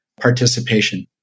participation